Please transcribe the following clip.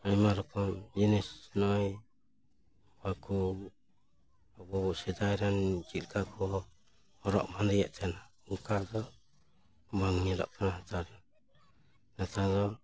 ᱟᱭᱢᱟ ᱨᱚᱠᱚᱢ ᱡᱤᱱᱤᱥ ᱱᱚᱜᱼᱚᱭ ᱱᱚᱜᱼᱚᱭ ᱠᱚ ᱟᱵᱚ ᱥᱮᱫᱟᱭ ᱨᱮᱱ ᱪᱮᱫ ᱞᱮᱠᱟ ᱠᱚ ᱦᱚᱨᱚᱜ ᱵᱟᱸᱫᱮᱭᱮᱫ ᱛᱟᱦᱮᱱᱟ ᱚᱱᱠᱟ ᱫᱚ ᱵᱟᱝ ᱧᱮᱞᱚᱜ ᱠᱟᱱᱟ ᱱᱮᱛᱟᱨ ᱫᱚ ᱱᱮᱛᱟᱨ ᱫᱚ